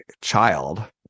child